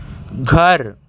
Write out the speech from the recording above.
گھر